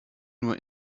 nur